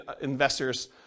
investors